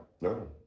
No